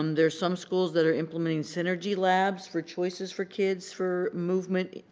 um there's some schools that are implementing synergy labs for choices for kids for movement.